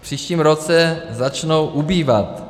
V příštím roce začnou ubývat.